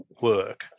work